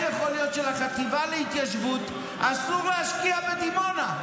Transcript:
איך יכול להיות שלחטיבה להתיישבות אסור להשקיע בדימונה?